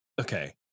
okay